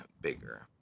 bigger